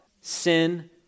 Sin